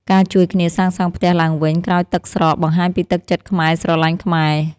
ការជួយគ្នាសាងសង់ផ្ទះឡើងវិញក្រោយទឹកស្រកបង្ហាញពីទឹកចិត្តខ្មែរស្រឡាញ់ខ្មែរ។